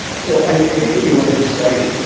so i i think when you look at the studies,